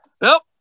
nope